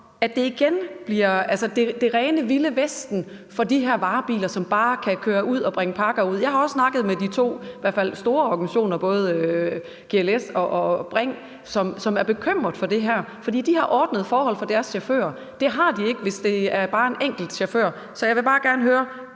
at det igen bliver det rene vilde vesten for de her varebiler, som bare kan køre ud og bringe pakker ud. Jeg har også snakket med de to store organisationer GLS og Bring, som er bekymret over det her, for de har ordnede forhold for deres chauffører, men det har de ikke, hvis det er bare en enkelt chauffør. Så jeg vil bare gerne høre: